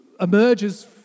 emerges